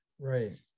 right